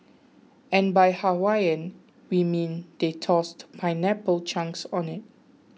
and by Hawaiian we mean they tossed pineapple chunks on it